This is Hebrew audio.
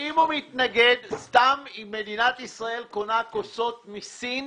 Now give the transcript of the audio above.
האם הוא מתנגד סתם אם מדינת ישראל קונה כוסות מסין,